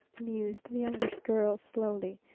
mused the youngish girl slowly.